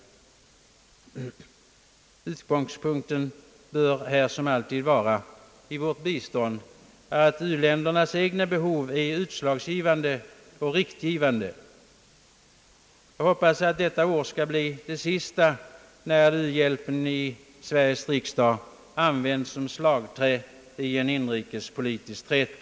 Utgångspunkten bör här som alltid i vårt bistånd vara att u-ländernas egna behov skall vara utslagsgivande och riktgivande. Jag hoppas att detta år blir det sista, när u-hjälpen i Sveriges riksdag skall användas som slagträ i en inrikespolitisk träta.